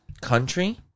Country